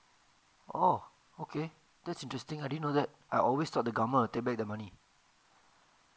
orh okay that's interesting I didn't know I always thought the government will take back the money